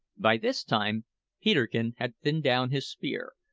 by this time peterkin had thinned down his spear,